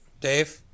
Dave